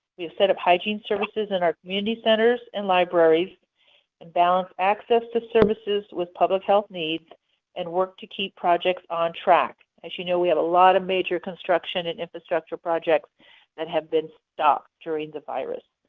we have set up hygiene services in our community centers and libraries and balance access to services with public health needs and work to keep projects on track. as you know, we have a lot of major construction and infrastructure projects that have been stopped during the virus.